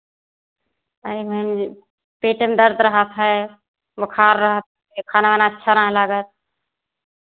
अरे मैम जे पेट में दर्द रहत है बोखार रहत है खाना वाना अच्छा नाय लागत